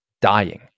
dying